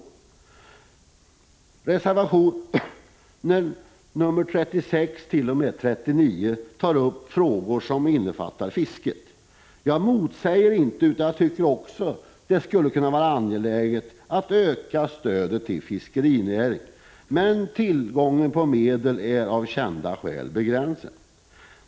I reservationerna 36-39 tar man upp frågor som innefattar fisket. Också jag tycker att det skulle kunna vara angeläget att öka stödet till fiskerinäringen, men tillgången på medel är av kända skäl begränsad.